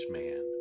man